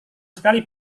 sekali